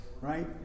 right